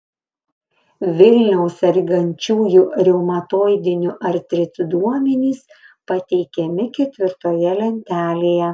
vilniaus sergančiųjų reumatoidiniu artritu duomenys pateikiami ketvirtoje lentelėje